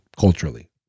culturally